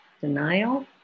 denial